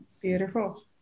beautiful